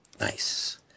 Nice